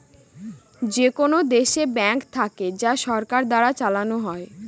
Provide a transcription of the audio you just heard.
যেকোনো দেশে ব্যাঙ্ক থাকে যা সরকার দ্বারা চালানো হয়